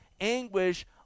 anguish